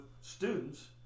students